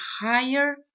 higher